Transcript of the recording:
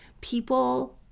People